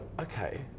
okay